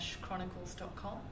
chronicles.com